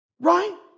Right